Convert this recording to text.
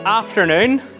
afternoon